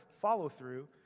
follow-through